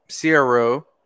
CRO